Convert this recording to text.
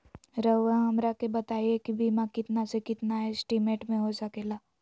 रहुआ हमरा के बताइए के बीमा कितना से कितना एस्टीमेट में हो सके ला?